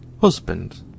Husband